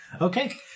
Okay